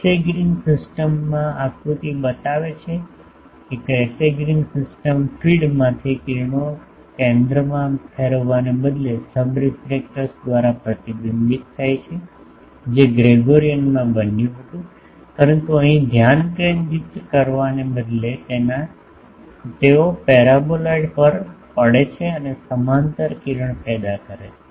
Cassegrain સિસ્ટમમાં આકૃતિ બતાવે છે કેસેગ્રીન સિસ્ટમ ફીડમાંથી કિરણો કેન્દ્રમાં ફેરવવાને બદલે સબરીફલેક્ટર્સ દ્વારા પ્રતિબિંબિત થાય છે જે ગ્રેગોરીઅનમાં બન્યું હતું પરંતુ અહીં ધ્યાન કેન્દ્રિત કરવાને બદલે તેઓ પેરાબોલાઇડ પર પડે છે અને સમાંતર કિરણ પેદા કરે છે